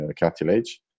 cartilage